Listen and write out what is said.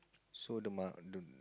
so the mo~ the